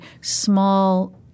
small